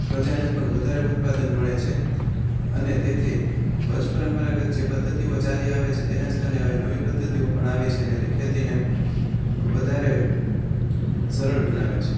પ્રજાને પણ વધારે ઉત્પાદન મળે છે અને તેથી વંશ પરંપરાગત જે પદ્ધતિઓ ચાલી આવે છે તેના સ્થાને હવે નવી પદ્ધતિઓ પણ આવી છે અને તે ખેતીને વધારે સરળ બનાવે છે